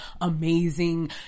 amazing